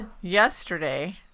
yesterday